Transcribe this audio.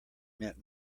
meant